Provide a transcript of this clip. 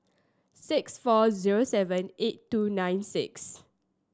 six four zero seven eight two nine six